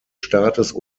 staates